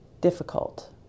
difficult